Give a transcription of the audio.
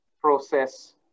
process